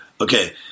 Okay